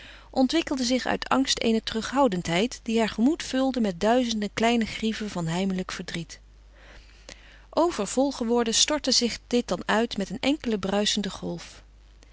ontwikkelde zich uit angst eene terughoudendheid die haar gemoed vulde met duizenden kleine grieven van heimelijk verdriet overvol geworden stortte zich dit dan uit met een enkele bruisende golf